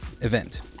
event